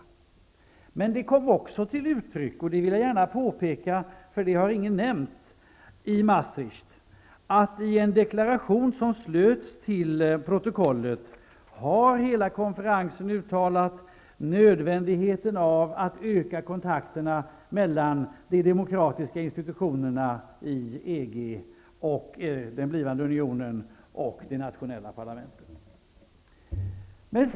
Jag vill även gärna påpeka, eftersom ingen har nämnt det, att i en deklaration som slöts till protokollet i Maastricht uttryckte alla konferensens deltagare nödvändigheten av att kontakterna mellan de demokratiska institutionerna i EG, den blivande unionen, och de nationella parlamenten ökades.